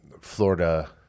Florida